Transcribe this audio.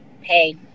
hey